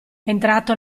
entrato